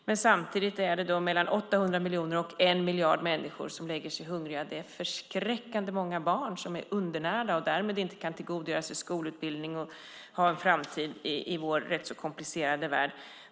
Men samtidigt är det mellan 800 miljoner och en miljard människor som lägger sig hungriga. Det är förskräckande många barn som är undernärda och därmed inte kan tillgodogöra sig skolutbildning och ha en framtid i vår rätt så komplicerade värld.